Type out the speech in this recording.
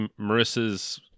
Marissa's